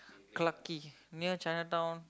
Clarke-Quay near Chinatown